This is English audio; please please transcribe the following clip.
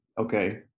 Okay